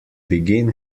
begin